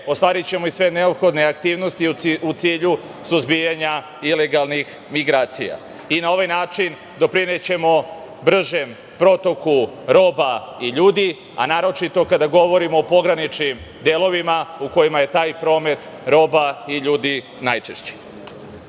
ostvarićemo i sve neophodne aktivnosti u cilju suzbijanja ilegalnih migracija. Na ovaj način doprinećemo bržem protoku roba i ljudi, a naročito kada govorimo o pograničnim delovima u kojima je taj promet roba i ljudi najčešći. Srbija